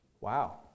Wow